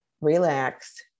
relax